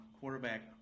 quarterback